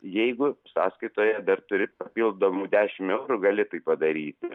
jeigu sąskaitoje dar turi papildomų dešimt eurų gali tai padaryti